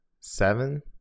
Seven